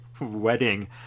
wedding